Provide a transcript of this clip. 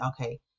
okay